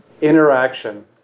interaction